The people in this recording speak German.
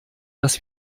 dass